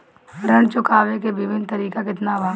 ऋण चुकावे के विभिन्न तरीका केतना बा?